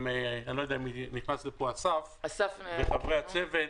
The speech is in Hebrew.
עם אסף וסרצוג וחברי הצוות,